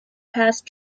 passed